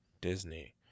Disney